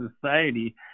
society